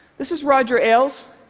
this is roger ailes.